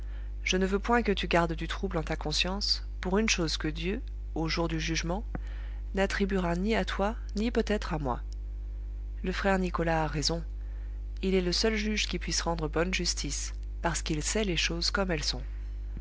je ne veux point que tu gardes du trouble en ta conscience pour une chose que dieu au jour du jugement n'attribuera ni à toi ni peut-être à moi le frère nicolas a raison il est le seul juge qui puisse rendre bonne justice parce qu'il sait les choses comme elles sont